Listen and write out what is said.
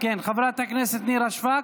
חברת הכנסת נירה שפק,